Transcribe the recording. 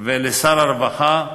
ולשר הרווחה,